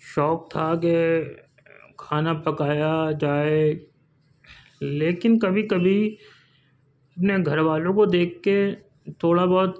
شوق تھا کہ کھانا پکایا جائے لیکن کبھی کبھی میں گھر والوں کو دیکھ کے تھوڑا بہت